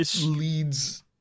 leads